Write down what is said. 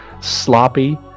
sloppy